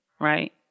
Right